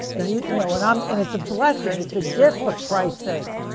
and you know and i'm and it's a blessing it's a gift for christ's sakes.